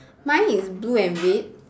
mine is blue and red